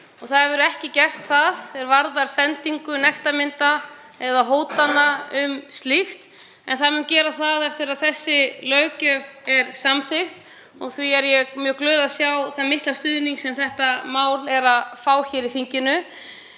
og það hefur ekki gert það hvað varðar sendingu nektarmynda eða hótana um slíkt, en það mun gera það eftir að þessi löggjöf er samþykkt. Því er ég mjög glöð að sjá þann mikla stuðning sem málið er að fá hér í þinginu.